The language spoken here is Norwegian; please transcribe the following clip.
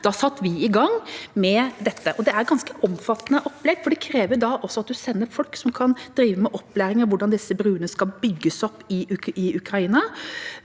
satte vi i gang med det. Det er et ganske omfattende opplegg, for det krever også at man sender folk som kan drive med opplæring i hvordan disse broene skal bygges opp i Ukraina,